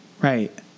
Right